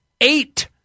eight